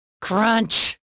Crunch